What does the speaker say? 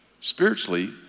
Spiritually